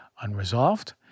unresolved